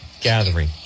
gathering